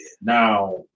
Now